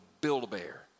Build-A-Bear